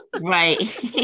Right